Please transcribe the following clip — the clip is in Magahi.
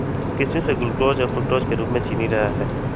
किशमिश में ग्लूकोज और फ्रुक्टोज के रूप में चीनी रहा हई